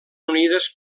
unides